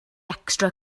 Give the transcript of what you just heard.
extra